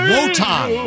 Wotan